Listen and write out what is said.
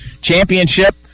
championship